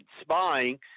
spying